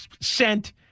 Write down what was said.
sent